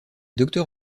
docteur